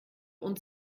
und